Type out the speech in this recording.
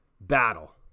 battle